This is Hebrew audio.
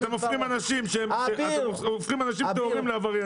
אתם הופכים אנשים טהורים לעבריינים.